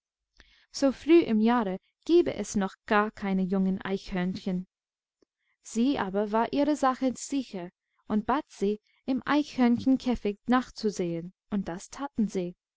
so früh im jahre gebe es noch gar keine jungeneichhörnchen sie aber war ihrer sache sicher und bat sie im eichhörnchenkäfig nachzusehen unddastatensie